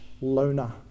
loner